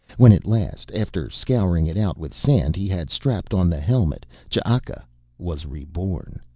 when at last, after scouring it out with sand, he had strapped on the helmet, ch'aka was reborn.